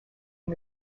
and